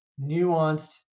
nuanced